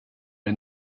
det